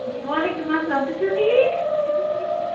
وعلیکُم السلام تُہۍ چھُو ٹھیٖک